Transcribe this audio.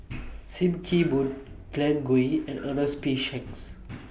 SIM Kee Boon Glen Goei and Ernest P Shanks